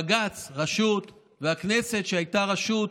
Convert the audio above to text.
בג"ץ רשות, והכנסת, שהייתה רשות,